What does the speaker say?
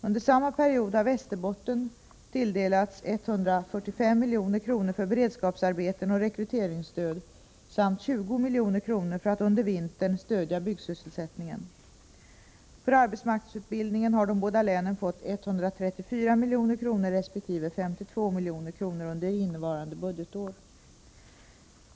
Under samma period har Västerbotten tilldelats 145 milj.kr. för beredskapsarbeten och rekryteringsstöd samt 20 milj.kr. för att under vintern stödja byggsysselsättningen. För arbetsmarknadsutbildningen har de båda länen fått 134 milj.kr. resp. 52 milj.kr. under innevarande budgetår.